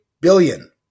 billion